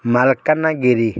Malkangiri